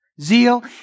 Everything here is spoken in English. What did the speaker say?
Zeal